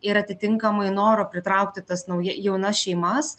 ir atitinkamai noro pritraukti tas nauj jaunas šeimas